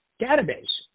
database